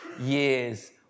years